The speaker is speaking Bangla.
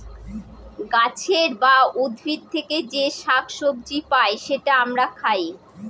গাছের বা উদ্ভিদ থেকে যে শাক সবজি পাই সেটা আমরা খাই